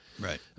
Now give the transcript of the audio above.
Right